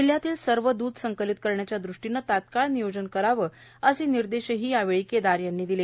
जिल्ह्यातील सर्व दुध संकलित करण्याच्या दृष्टीने तात्काळ नियोजन करावे असे निर्देशही यावेळी केदार यांनी दिले